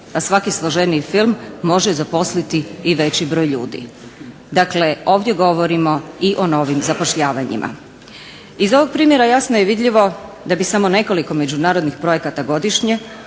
a svaki složeniji film može zaposliti i veći broj ljudi. Dakle ovdje govorimo i o novim zapošljavanjima. Iz ovog primjera jasno je vidljivo da bi samo nekoliko međunarodnih projekata godišnje